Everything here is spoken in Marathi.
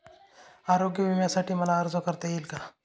आरोग्य विम्यासाठी मला अर्ज करता येईल का?